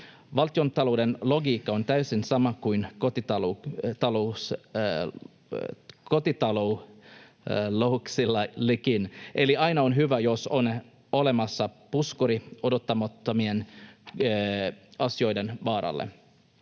Valtiontalouden logiikka on täysin sama kuin kotitalouksillakin, eli aina on hyvä, jos on olemassa puskuri odottamattomien asioiden varalle.